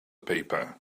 paper